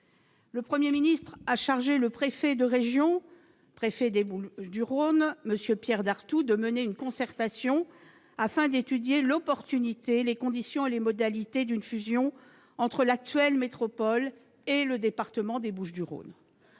Le Premier ministre a chargé le préfet de région, le préfet des Bouches-du-Rhône, M. Pierre Dartout, de mener une concertation afin d'étudier l'opportunité, les conditions et les modalités d'une fusion entre l'actuelle métropole et le département des Bouches-du-Rhône.